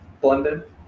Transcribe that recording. Blended